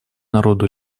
народу